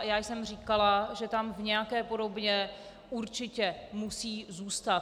Já jsem říkala, že tam v nějaké podobě určitě musí zůstat.